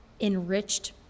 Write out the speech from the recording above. enriched